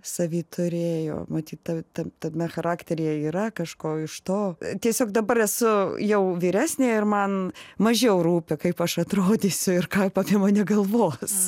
savy turėjo matyt ta tame charakteryje yra kažko iš to tiesiog dabar esu jau vyresnė ir man mažiau rūpi kaip aš atrodysiu ir ką apie mane galvos